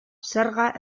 zerga